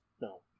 No